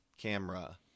camera